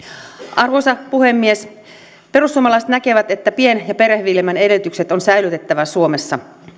arvoisa puhemies perussuomalaiset näkevät että pien ja perheviljelmän edellytykset on säilytettävä suomessa